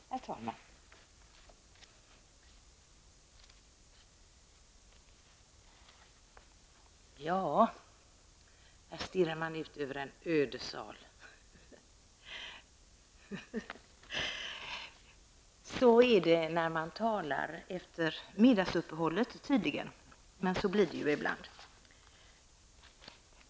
Herr talman! Här stirrar man ut över en öde sal. Så är det tydligen när man talar efter middagsuppehållet, men så blir det ju ibland.